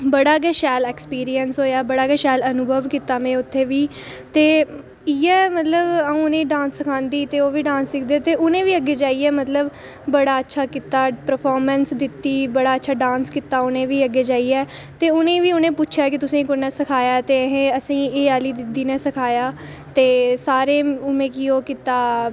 बड़ा गै शैल एक्सपीरियंस होएआ बड़ा गै शैल अनुभव कीता में उत्थै बी ते इ'यै मतलब अ'ऊं उ'नें गी डांस सखांदी ही ते ओह् बी डांस सिखदे ते उ'नें बी अग्गें जाइयै मतलब बड़ा अच्छा कीता परफारमेंस कीती बड़ा अच्छा डांस कीता उ'नें बी उ'ऐ जाइयै ते उ'नें गी बी उ'नें पुच्छेआ कि तुसें गी कुन्नै सखाया ते असें गी एह् आह्ली दीदी ने सखाया ते सारें मिगी ओह् कीता